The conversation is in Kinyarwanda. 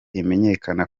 imenyekana